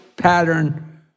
pattern